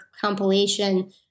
compilation